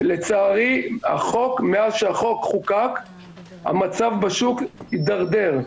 לצערי, מאז שהחוק חוקק המצב בשוק הידרדר.